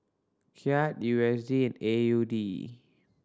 Kyat U S D A U D